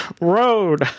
Road